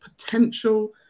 potential